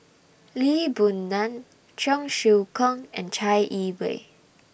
Lee Boon Ngan Cheong Siew Keong and Chai Yee Wei